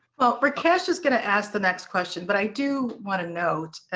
well, rakesh is going to ask the next question, but i do want to note,